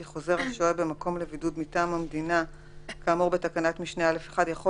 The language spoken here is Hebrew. כי חוזר השוהה במקום לבידוד מטעם המדינה כאמור בתקנת משנה (א1) יכול